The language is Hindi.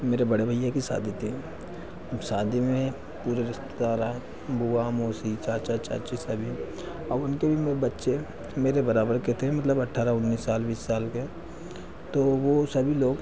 मेरे बड़े भैया की शादी थी अब शादी में पूरे रिश्तेदार आए थे बुआ मौसी चाचा चाची सभी अब उनके बच्चे मेरे बराबर के थे मतलब अट्ठारह उन्नीस साल बीस साल के तो वो सभी लोग